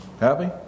happy